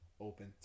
open